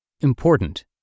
Important